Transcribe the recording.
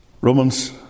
Romans